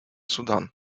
судан